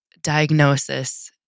diagnosis